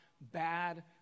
bad